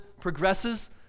progresses